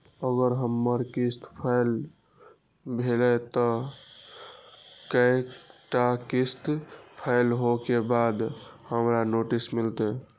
अगर हमर किस्त फैल भेलय त कै टा किस्त फैल होय के बाद हमरा नोटिस मिलते?